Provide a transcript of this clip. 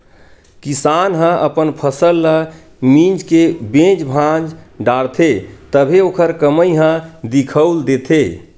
किसान ह अपन फसल ल मिंज के बेच भांज डारथे तभे ओखर कमई ह दिखउल देथे